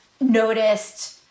noticed